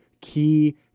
key